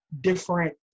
different